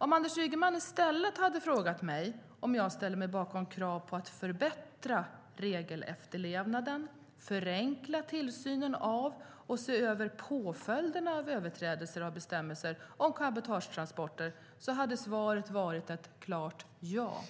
Om Anders Ygeman i stället hade frågat mig om jag ställer mig bakom krav på att förbättra regelefterlevnaden, förenkla tillsynen och se över påföljderna av överträdelser av bestämmelserna om cabotagetransporter hade svaret varit ett klart ja.